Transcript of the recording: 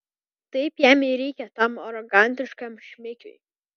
taip jam ir reikia tam arogantiškam šmikiui